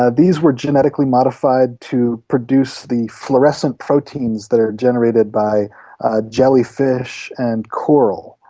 ah these were genetically modified to produce the fluorescent proteins that are generated by ah jellyfish and coral,